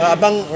Abang